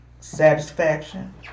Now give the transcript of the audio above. satisfaction